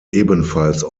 ebenfalls